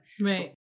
right